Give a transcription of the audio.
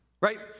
right